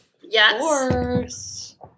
yes